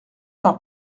par